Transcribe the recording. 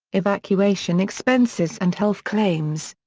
evacuation expenses and health claims.